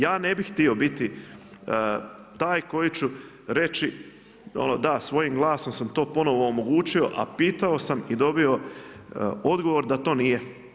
Ja ne bih htio biti taj koji ću reći da svojim glasnom sam to ponovno omogućio, a pitao sam i dobio odgovor da to nije.